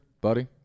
buddy